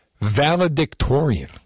Valedictorian